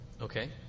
Okay